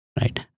right